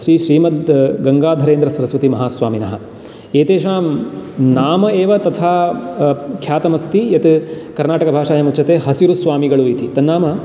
श्रीश्रीमद्गङ्गाधरेन्द्रसरस्वतीमहास्वामिनः एतेषां नाम एव तथा ख्यातम् अस्ति यत् कर्णाटकभाषायाम् उच्यते हसिरुस्वामिगलु इति तन्नाम